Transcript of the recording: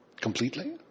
Completely